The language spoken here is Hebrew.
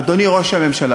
"אדוני ראש הממשלה,